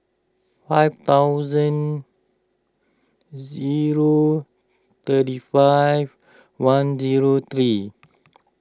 five thousand zero thirty five one zero three